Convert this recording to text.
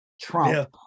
Trump